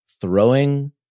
throwing